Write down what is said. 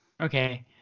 Okay